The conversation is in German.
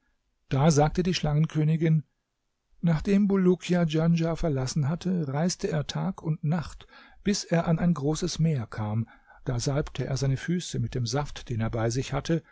da sagte die schlangenkönigin nachdem bulukia djanschah verlassen hatte reiste er tag und nacht bis er an ein großes meer kam da salbte er seine füße mit dem saft den er bei sich hatte